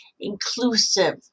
inclusive